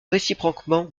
réciproquement